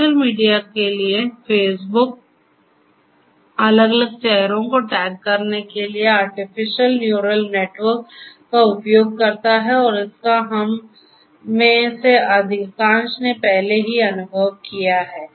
social media के लिए Facebook अलग अलग चेहरों को टैग करने के लिए आर्टिफिशियल न्यूरल नेटवर्क का उपयोग करता है और इसका हम में से अधिकांश ने पहले से ही अनुभव किया है